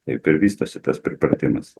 taip ir vystosi tas pripratimas